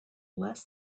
less